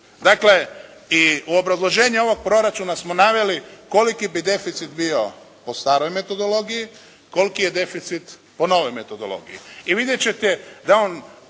Dakle, i u obrazloženju ovoga proračun smo naveli koliki bi deficit bio po staroj metodologiji, koliki je deficit po novoj metodologiji.